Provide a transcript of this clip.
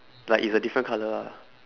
like it's a different color ah